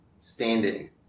standing